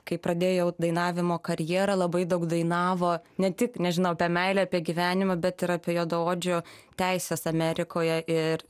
kai pradėjo dainavimo karjerą labai daug dainavo ne tik nežinau apie meilę apie gyvenimą bet ir apie juodaodžių teises amerikoje ir